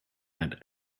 and